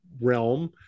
realm